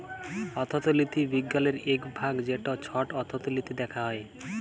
অথ্থলিতি বিজ্ঞালের ইক ভাগ যেট ছট অথ্থলিতি দ্যাখা হ্যয়